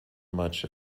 much